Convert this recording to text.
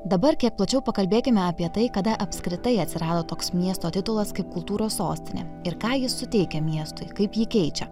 dabar kiek plačiau pakalbėkime apie tai kada apskritai atsirado toks miesto titulas kaip kultūros sostinė ir ką jis suteikia miestui kaip jį keičia